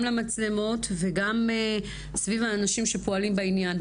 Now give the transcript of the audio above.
למצלמות וגם סביב האנשים שפועלים בעניין,